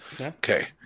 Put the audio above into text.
Okay